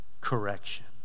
correction